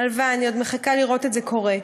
הלוואי, אני עוד מחכה לראות את זה קורה.